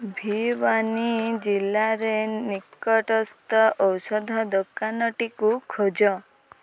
ଭିୱାନୀ ଜିଲ୍ଲାରେ ନିକଟସ୍ଥ ଔଷଧ ଦୋକାନଟିକୁ ଖୋଜ